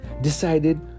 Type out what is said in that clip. decided